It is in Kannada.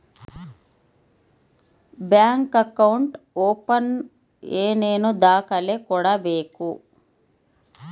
ಬ್ಯಾಂಕ್ ಅಕೌಂಟ್ ಓಪನ್ ಏನೇನು ದಾಖಲೆ ಕೊಡಬೇಕು?